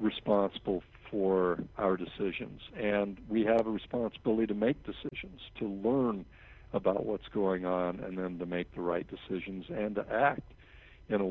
responsible for our decisions and we have a responsibility to make decisions to learn about what's going on and them to make the right decisions and act in a